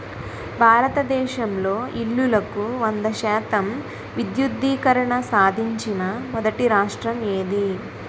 భారతదేశంలో ఇల్లులకు వంద శాతం విద్యుద్దీకరణ సాధించిన మొదటి రాష్ట్రం ఏది?